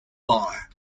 are